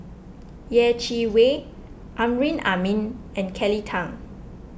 Yeh Chi Wei Amrin Amin and Kelly Tang